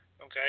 okay